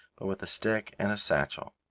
but with a stick and a satchel.